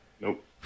Nope